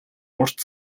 урт